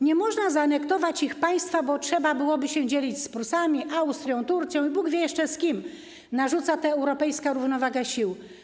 Nie można zaanektować ich państwa, bo trzeba byłoby się dzielić z Prusami, Austrią, Turcją i Bóg wie jeszcze z kim; narzuca to europejska równowaga sił.